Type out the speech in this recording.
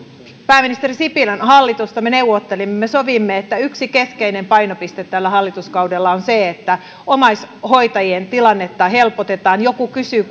pääministeri sipilän hallitusta me sovimme että yksi keskeinen painopiste tällä hallituskaudella on se että omaishoitajien tilannetta helpotetaan joku kysyi